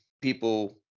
people